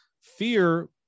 fear